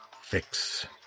Fix